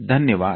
धन्यवाद